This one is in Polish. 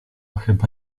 chyba